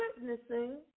witnessing